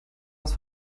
was